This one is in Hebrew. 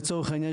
לצורך העניין,